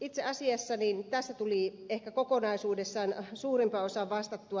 itse asiassa tässä tuli ehkä kokonaisuudessaan suurimpaan osaan vastattua